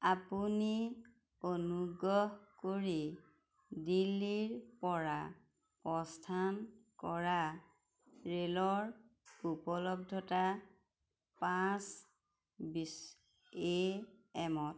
আপুনি অনুগ্ৰহ কৰি দিল্লীৰপৰা প্ৰস্থান কৰা ৰে'লৰ উপলব্ধতা পাঁচ বিছ এ এমত